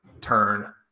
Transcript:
turn